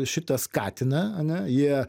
šitą skatina ane jie